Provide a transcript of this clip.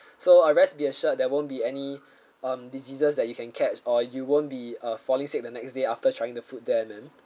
so uh rest be assured there won't be any um diseases that you can catch or you won't be uh falling sick the next day after trying the food there ma'am